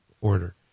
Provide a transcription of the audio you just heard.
order